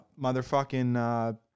Motherfucking